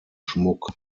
schmuck